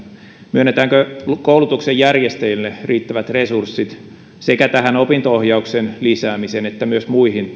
myönnetäänkö koulutuksen järjestäjille riittävät resurssit sekä opinto ohjauksen lisäämiseen että myös muihin